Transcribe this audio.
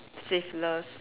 sleeveless